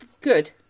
good